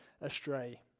astray